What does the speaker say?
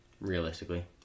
realistically